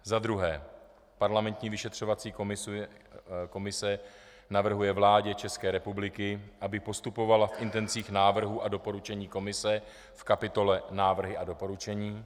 II. Parlamentní vyšetřovací komise navrhuje vládě České republiky, aby postupovala v intencích návrhů a doporučení komise v kapitole Návrhy a doporučení.